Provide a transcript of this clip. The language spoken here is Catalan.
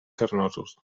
carnosos